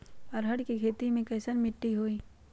अरहर के खेती मे कैसन मिट्टी होइ?